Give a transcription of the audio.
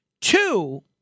Two